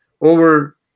over